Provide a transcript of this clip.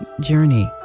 journey